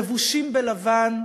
לבושים בלבן?